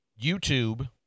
YouTube